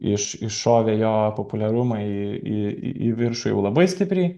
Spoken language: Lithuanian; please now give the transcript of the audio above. iš iššovė jo populiarumą į į viršų jau labai stipriai